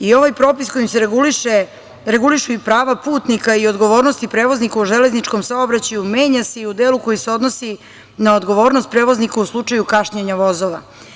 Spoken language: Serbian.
I ovaj propis kojim se regulišu i prava putnika i odgovornosti prevoznika u železničkom saobraćaju menja se i u delu koji se odnosi na odgovornost prevoznika u slučaju kašnjenja vozova.